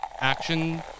action